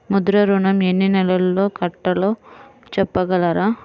ముద్ర ఋణం ఎన్ని నెలల్లో కట్టలో చెప్పగలరా?